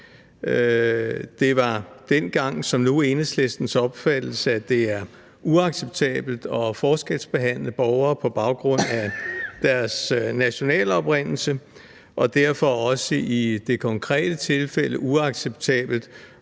Det var dengang som nu Enhedslistens opfattelse, at det er uacceptabelt at forskelsbehandle borgere på baggrund af deres nationale oprindelse, og derfor er det også i det konkrete tilfælde uacceptabelt